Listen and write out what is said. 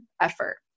effort